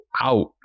out